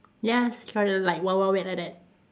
yes trying like wild wild wet like that